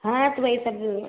हाँ तो वही सब जो